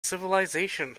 civilisation